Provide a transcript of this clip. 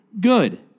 good